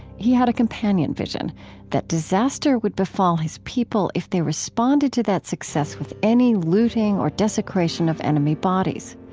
he had a companion vision that disaster would befall his people if they responded to that success with any looting or desecration of enemy bodies.